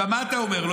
מה אתה אומר לו?